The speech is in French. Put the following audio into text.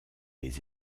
les